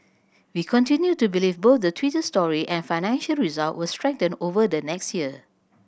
we continue to believe both the Twitter story and financial result will strengthen over the next year